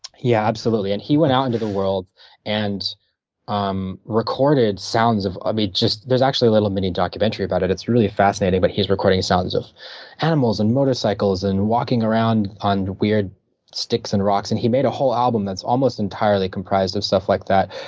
yeah, absolutely. and he went out into the world and ah um recorded sounds of ah just, there's actually a little mini documentary about it. it's really fascinating, but he's recording sounds of animals and motorcycles and walking around on weird sticks and rocks, and he made a whole album that's almost entirely comprised of stuff like that.